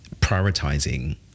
Prioritizing